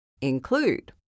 Include